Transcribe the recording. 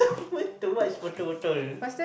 what the what is water bottle